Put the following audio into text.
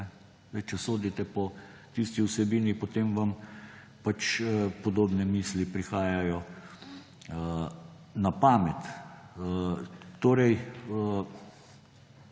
če sodite po tisti vsebini, potem vam pač podobne misli prihajajo na pamet. Torej,